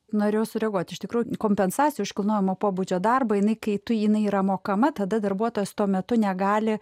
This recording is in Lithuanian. norėjo sureaguoti iš tikrųjų kompensacijų iš kilnojamo pobūdžio darbą jinai kai tu jinai yra mokama tada darbuotojas tuo metu negali